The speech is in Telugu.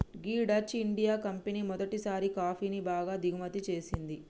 గీ డచ్ ఇండియా కంపెనీ మొదటిసారి కాఫీని బాగా దిగుమతి చేసింది